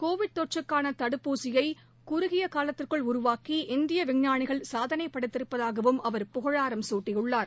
Covid தொற்றுக்னன தடுப்பூசியை குறுகிய னலத்திற்குள் உருவாக்கி இந்திய விஞ்ஞானிகள் சாதனை படைத்திருப்பதாகவும் அவர் புகழாரம் சூட்டினார்